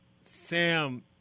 Sam